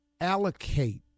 allocate